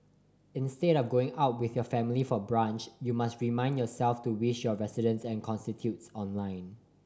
instead of going out with your family for brunch you must remind yourself to wish your residents and constituents online